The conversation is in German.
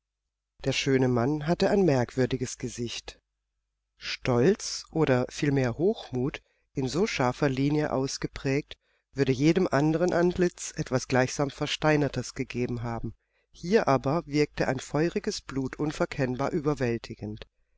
der schöne mann hatte ein merkwürdiges gesicht stolz oder vielmehr hochmut in so scharfer linie ausgeprägt würde jedem anderen antlitz etwas gleichsam versteinertes gegeben haben hier aber wirkte ein feuriges blut unverkennbar überwältigend